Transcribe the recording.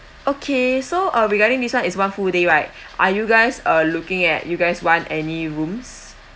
okay so uh regarding this one is one full day right are you guys uh looking at you guys want any rooms